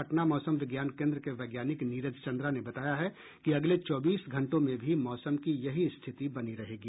पटना मौसम विज्ञान केन्द्र के वैज्ञानिक नीरज चंद्रा ने बताया है कि अगले चौबीस घंटों में भी मौसम की यही स्थिति बनी रहेगी